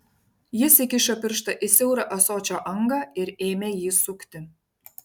jis įkišo pirštą į siaurą ąsočio angą ir ėmė jį sukti